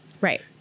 Right